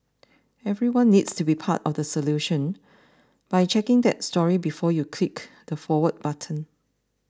everyone needs to be part of the solution by checking that story before you click the forward button